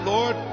Lord